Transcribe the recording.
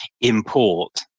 import